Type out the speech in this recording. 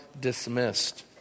dismissed